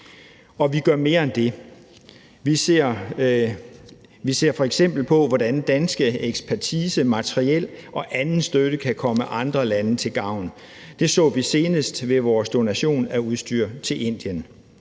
vi gør mere end det. Vi ser f.eks. på, hvordan dansk ekspertise, materiel og anden støtte kan komme andre lande til gavn. Det så vi senest med vores donation af udstyr til Indien.